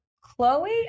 chloe